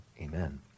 amen